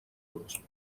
los